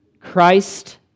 Christ